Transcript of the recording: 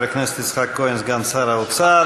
לחבר הכנסת יצחק כהן, סגן שר האוצר.